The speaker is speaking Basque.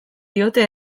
diote